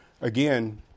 Again